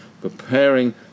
preparing